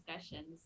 discussions